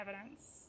evidence